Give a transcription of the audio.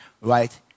right